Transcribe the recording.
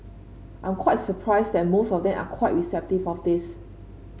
I'm quite surprised that most of them are quite receptive of this